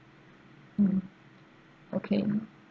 mmhmm okay